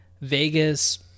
Vegas